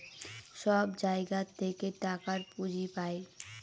সব জায়গা থেকে টাকার পুঁজি পাই